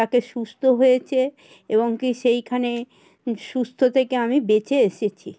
তাকে সুস্থ হয়েছে এবং কি সেইখানে সুস্থ থেকে আমি বেঁচে এসেছি